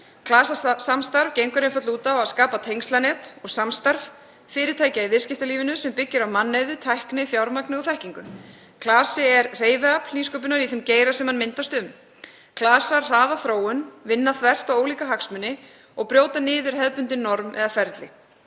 Klasasamstarf gengur einfaldlega út á að skapa tengslanet og samstarf fyrirtækja í viðskiptalífinu sem byggir á mannauði, tækni, fjármagni og þekkingu. Klasi er hreyfiafl nýsköpunar í þeim geira sem hann myndast um. Klasar hraða þróun, vinna þvert á ólíka hagsmuni og brjóta niður hefðbundin norm eða ferli.